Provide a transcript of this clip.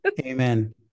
Amen